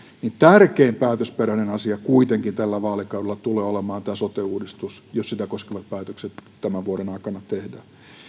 tärkein päätösperäinen asia tällä vaalikaudella tulee kuitenkin olemaan tämä sote uudistus jos sitä koskevat päätökset tämän vuoden aikana tehdään